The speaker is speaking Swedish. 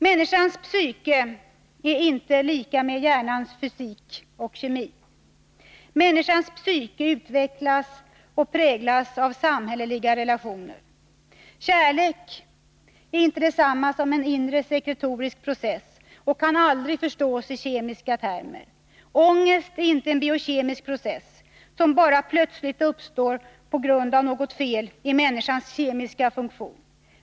Människans psyke är inte lika med hjärnans fysik och kemi. Människans psyke utvecklas och präglas av samhälleliga relationer. Kärlek är inte detsamma som en inresekretorisk process och kan aldrig förstås i kemiska termer. Ångest är inte en biokemisk process, som bara plötsligt uppstår på grund av något fel i människans kemiska funktion.